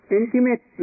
intimate